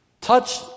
touch